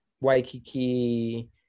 Waikiki